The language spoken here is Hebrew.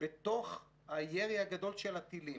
בתוך הירי הגדול של הטילים,